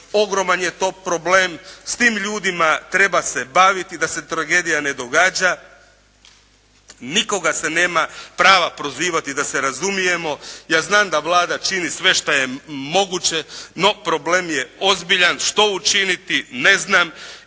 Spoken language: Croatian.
ogroman je to problem, s tim ljudima treba se baviti da se tragedija ne događa. Nikoga se nema prava prozivati da se razumijemo, ja znam da Vlada čini sve šta je moguće, no problem je ozbiljan. Što učiniti? Ne znam.